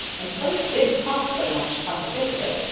and slates didn't cost so much come to think of it,